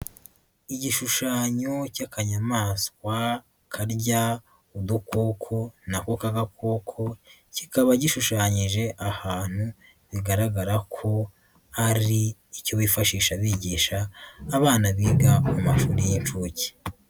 Igishushanyo cy'akanyayamaswa karya udukoko na ko k'agakoko kikaba gishushanyije ahantu bigaragara ko ari icyo bifashisha bigisha abana biga mu mashuri y'inshuke.